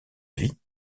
vies